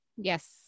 Yes